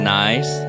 nice